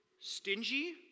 Stingy